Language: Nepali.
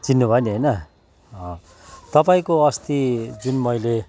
चिन्नुभयो नि होइन तपाईँको अस्ति जुन मैले